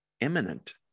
imminent